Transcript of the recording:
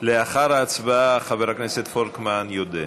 לאחר ההצבעה, חבר הכנסת פולקמן יודה.